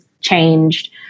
changed